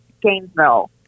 Gainesville